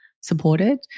supported